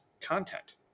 Content